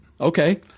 Okay